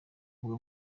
mbuga